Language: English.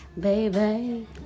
baby